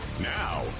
Now